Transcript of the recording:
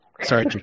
Sorry